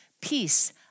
peace